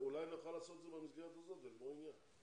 אולי נוכל לעשות את זה במסגרת הזאת ונגמור עניין.